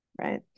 right